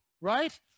right